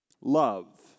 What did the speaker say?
Love